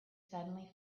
suddenly